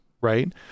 right